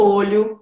olho